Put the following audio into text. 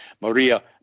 Maria